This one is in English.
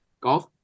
Golf